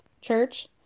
church